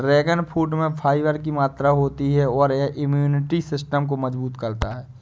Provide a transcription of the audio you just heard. dragon fruit में fibre की मात्रा होती है और यह इम्यूनिटी सिस्टम को मजबूत करता है